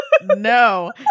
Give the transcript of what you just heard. no